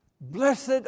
Blessed